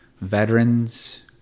veterans